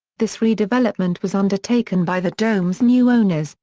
this redevelopment was undertaken by the dome's new owners,